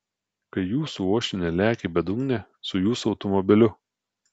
kai jūsų uošvienė lekia į bedugnę su jūsų automobiliu